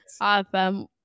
Awesome